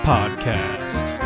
Podcast